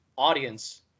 audience